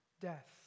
death